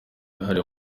uruhare